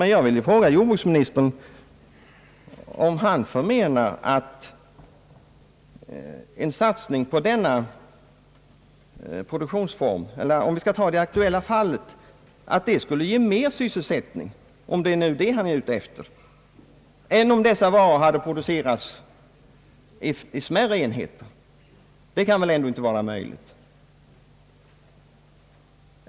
Men jag vill fråga jordbruksministern om han menar att det här akiuella fallet skulle ge mera sysselsättning än om dessa varor hade producerats i smärre enheter. Det kan väl ändå inte vara möjligt.